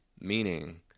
Meaning